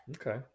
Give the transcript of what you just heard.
Okay